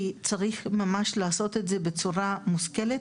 כי צריך ממש לעשות את זה בצורה מושכלת,